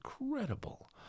incredible